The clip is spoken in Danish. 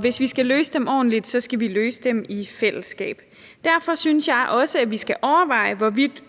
hvis vi skal løse dem ordentligt, skal vi løse dem i fællesskab. Derfor synes jeg også, at vi skal overveje, hvorvidt